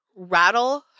rattle